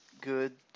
good